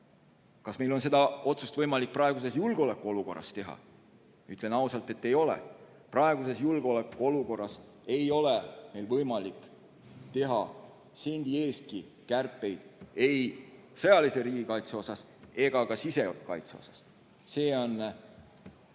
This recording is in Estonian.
Kas meil on seda otsust võimalik praeguses julgeolekuolukorras teha? Ütlen ausalt, et ei ole. Praeguses julgeolekuolukorras ei ole meil võimalik teha sendi eestki kärpeid ei sõjalises riigikaitses ega ka sisekaitses. See on